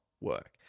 work